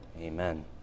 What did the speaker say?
amen